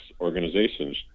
organizations